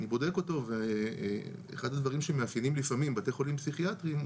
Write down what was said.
אני בודק אותו ואחד הדברים שמאפיינים לפעמים בתי חולים פסיכיאטרים,